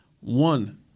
one